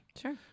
Sure